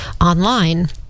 online